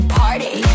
party